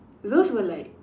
those were like